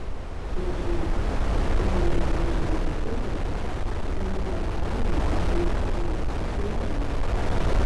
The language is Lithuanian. plaučių infarktui ūminiam ir lėtiniam bronchitui bronchektazėms būdingas negausus kraujavimas